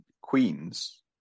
queens